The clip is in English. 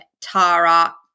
Tara